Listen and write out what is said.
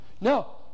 No